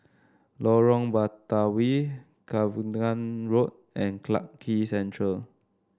Lorong Batawi Cavenagh Road and Clarke Quay Central